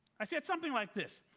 i said something like this,